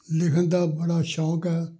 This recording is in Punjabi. ਲਿਖਣ ਦਾ ਬੜਾ ਸ਼ੌਕ ਹੈ